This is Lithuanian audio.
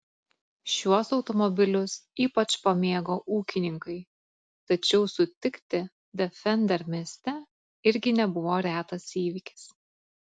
šiuos automobilius ypač pamėgo ūkininkai tačiau sutikti defender mieste irgi nebuvo retas įvykis